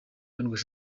karindwi